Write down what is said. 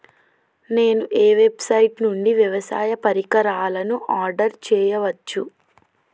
నేను ఏ వెబ్సైట్ నుండి వ్యవసాయ పరికరాలను ఆర్డర్ చేయవచ్చు?